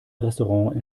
restaurant